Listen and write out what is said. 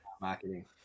Marketing